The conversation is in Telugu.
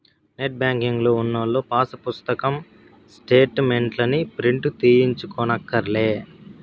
నెట్ బ్యేంకింగు ఉన్నోల్లు పాసు పుస్తకం స్టేటు మెంట్లుని ప్రింటు తీయించుకోనక్కర్లే